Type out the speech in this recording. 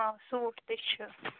آ سوٗٹ تہِ چھِ